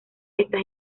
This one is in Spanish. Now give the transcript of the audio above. esta